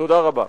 תודה רבה.